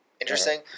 Interesting